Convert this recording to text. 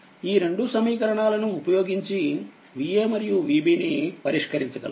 ఈ రెండు సమీకరణాలను ఉపయోగించి VaమరియుVb ని పరిష్కరించగలము